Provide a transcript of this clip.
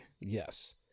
Yes